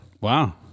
Wow